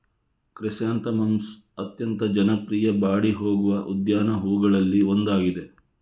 chrysanthemums ಅತ್ಯಂತ ಜನಪ್ರಿಯ ಬಾಡಿ ಹೋಗುವ ಉದ್ಯಾನ ಹೂವುಗಳಲ್ಲಿ ಒಂದಾಗಿದೆ